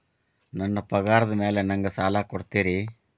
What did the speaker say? ನನ್ನ ಪಗಾರದ್ ಮೇಲೆ ನಂಗ ಸಾಲ ಕೊಡ್ತೇರಿ?